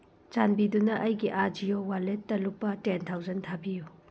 ꯆꯥꯟꯕꯤꯗꯨꯅ ꯑꯩꯒꯤ ꯑꯥꯖꯤꯌꯣ ꯋꯥꯜꯂꯦꯠꯇ ꯂꯨꯄꯥ ꯇꯦꯟ ꯊꯥꯎꯖꯟ ꯊꯥꯕꯤꯌꯨ